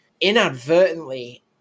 inadvertently